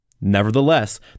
Nevertheless